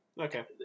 Okay